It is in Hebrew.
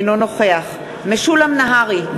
אינו נוכח משולם נהרי,